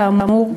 כאמור,